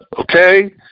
Okay